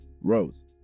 rose